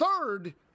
third—